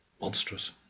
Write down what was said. Monstrous